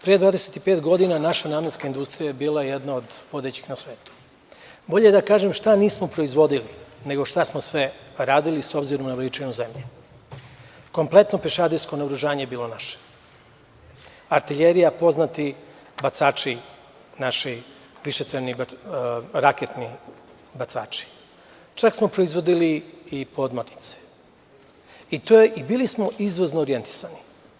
Pre 25 godina naša namenska industrija bila je jedna od vodećih na svetu i bolje je da kažem šta nismo proizvodili, nego šta smo sve radili, s obzirom na veličinu zemlje: kompletno pešadijsko naoružanje je bilo naše, artiljerija, poznati raketni bacači, čak smo proizvodili i podmornice i bili smo izvozno orijentisani.